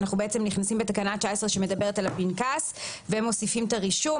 " אנחנו בעצם נכנסים בתקנה 19 שמדברת על הפנקס ומוסיפים את הרישום.